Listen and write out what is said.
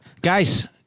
Guys